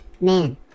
man